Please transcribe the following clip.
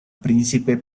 príncipe